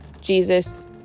Jesus